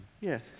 Yes